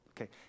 Okay